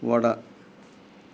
vada